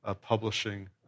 Publishing